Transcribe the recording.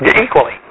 equally